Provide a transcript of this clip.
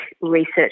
research